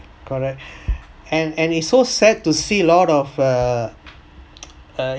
correct and and it's so sad to see lot of err